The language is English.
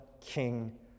king